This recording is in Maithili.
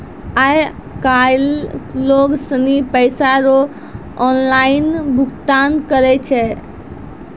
आय काइल लोग सनी पैसा रो ऑनलाइन भुगतान करै छै